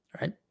Right